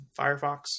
firefox